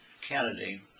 Kennedy